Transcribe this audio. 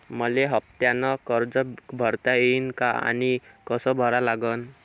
मले हफ्त्यानं कर्ज भरता येईन का आनी कस भरा लागन?